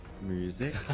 Music